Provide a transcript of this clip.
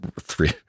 three